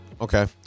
Okay